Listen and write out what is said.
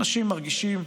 אנשים מרגישים,